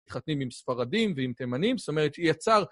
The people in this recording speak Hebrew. מתחתנים עם ספרדים ועם תימנים, זאת אומרת, הוא יצר...